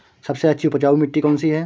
सबसे अच्छी उपजाऊ मिट्टी कौन सी है?